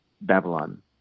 Babylon